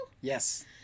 Yes